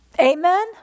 Amen